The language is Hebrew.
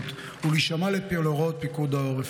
בזהירות ולהישמע להוראות פיקוד העורף.